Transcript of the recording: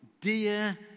dear